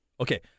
Okay